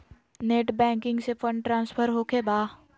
Net banking से fund transfer होखें बा?